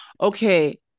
okay